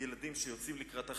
ילדים שיוצאים לקראת החיים.